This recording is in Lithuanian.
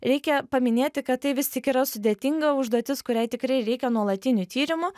reikia paminėti kad tai vis tik yra sudėtinga užduotis kuriai tikrai reikia nuolatinių tyrimų